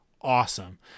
awesome